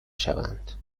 شوند